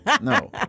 No